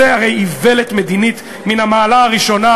זו הרי איוולת מדינית מן המעלה הראשונה,